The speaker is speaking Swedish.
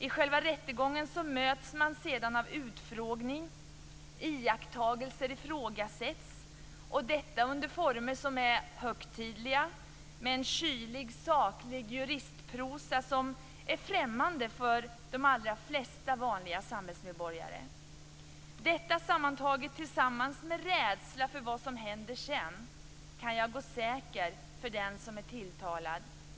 I själva rättegången möts man sedan av utfrågning, iakttagelser ifrågasätts och detta under former som är högtidliga, med kylig, saklig juristprosa som är främmande för de flesta vanliga samhällsmedborgare. Allt detta tillsammans med rädsla för vad som händer sedan - kan jag gå säker för dem som är tilltalad?